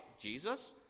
Jesus